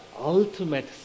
ultimate